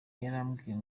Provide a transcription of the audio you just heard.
yarambwiye